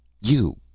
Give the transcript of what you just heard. You